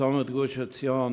בצומת גוש-עציון,